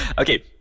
Okay